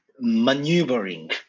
maneuvering